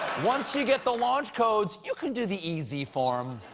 once you get the launch codes, you can do the e z form.